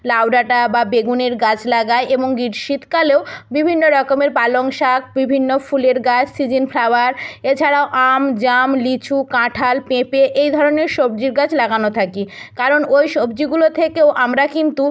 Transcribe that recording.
লাউ ডাঁটা বা বেগুনের গাছ লাগাই এবং গির শীতকালেও বিভিন্ন রকমের পালং শাক বিভিন্ন ফুলের গাছ সিজন ফ্লাওয়ার এছাড়াও আম জাম লিচু কাঁঠাল পেঁপে এই ধরনের সবজির গাছ লাগানো থাকে কারণ ওই সবজিগুলো থেকেও আমরা কিন্তু